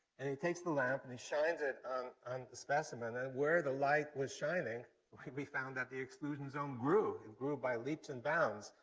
and he takes the lamp and shines it on the specimen, and where the light was shining we found that the exclusion zone grew, and grew by leaps and bounds.